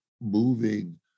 moving